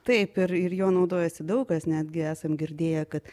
taip ir ir juo naudojasi daug kas netgi esam girdėję kad